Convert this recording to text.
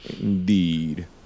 Indeed